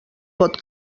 pot